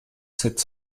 sept